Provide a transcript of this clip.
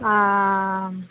ஆ